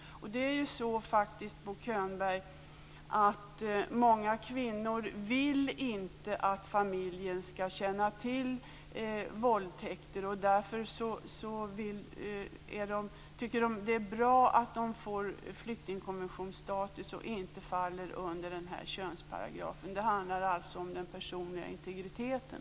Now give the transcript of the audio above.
Det är faktiskt så, Bo Könberg, att många kvinnor inte vill att familjen skall känna till våldtäkter. Därför tycker de att det är bra att de får flyktingkonventionsstatus och inte faller under könsparagrafen. Det handlar alltså om den personliga integriteten.